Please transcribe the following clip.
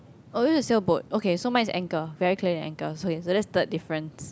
oh is a sailboat okay so mine is anchor very clearly an anchor so it's okay that's third difference